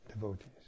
devotees